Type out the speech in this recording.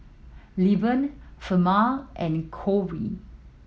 Lilburn Ferman and Cory